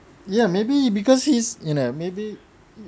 ya maybe because he's you know maybe